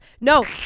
No